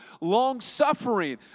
Long-suffering